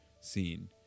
scene